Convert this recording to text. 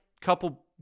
couple